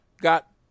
got